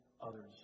others